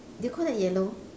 do you call that yellow